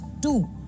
two